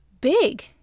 big